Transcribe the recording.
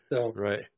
Right